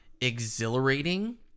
exhilarating